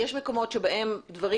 יש מקומות בהם דברים